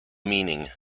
meaning